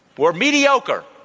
we're mediocre.